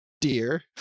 dear